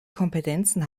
kompetenzen